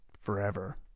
Forever